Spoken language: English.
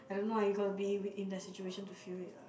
I don't know ah you got be with in their situation to feel it lah